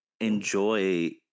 enjoy